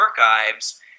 archives